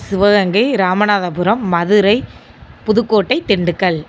Sivaganga Ramanathapuram Madurai Pudukkottai Dindigul